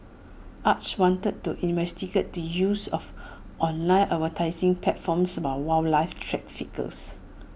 acres wanted to investigate the use of online advertising platforms by wildlife traffickers